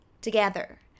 together